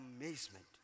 amazement